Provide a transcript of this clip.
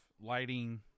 lighting